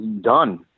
done